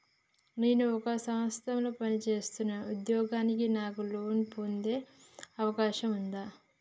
నేను ఒక సంస్థలో పనిచేస్తున్న ఉద్యోగిని నాకు లోను పొందే అవకాశం ఉందా?